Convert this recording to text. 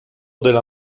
della